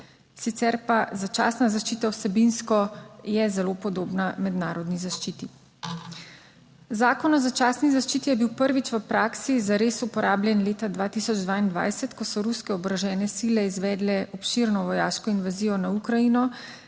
sicer pa začasna zaščita, vsebinsko je zelo podobna mednarodni zaščiti. Zakon o začasni zaščiti je bil prvič v praksi zares uporabljen leta 2022, ko so ruske oborožene sile izvedle obširno vojaško invazijo na Ukrajino,